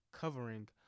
covering